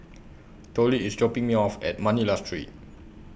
Tollie IS dropping Me off At Manila Street